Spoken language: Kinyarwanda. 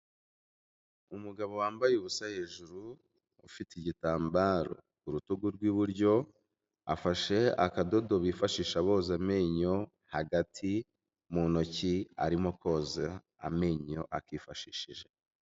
Umugabo wambaye ubusa hejuru, ufite igitambaro ku rutugu rw'iburyo, afashe akadodo bifashisha boza amenyo hagati mu ntoki, arimo koza amenyo akifashishije.